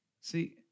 See